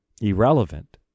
irrelevant